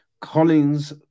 Collins